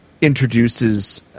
introduces